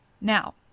now